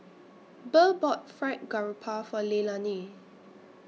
Burr bought Fried Garoupa For Leilani